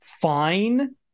fine